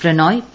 Prannoy P